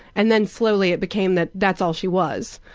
and then slowly it became that that's all she was.